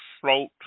float